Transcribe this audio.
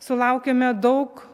sulaukiame daug